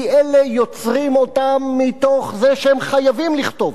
כי אלה יוצרים אותם מתוך זה שהם חייבים לכתוב,